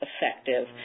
effective